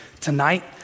Tonight